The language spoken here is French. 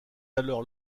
alors